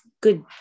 good